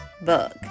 book